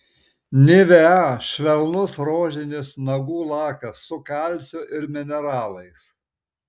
nivea švelnus rožinis nagų lakas su kalciu ir mineralais